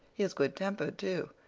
he is good-tempered too,